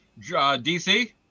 DC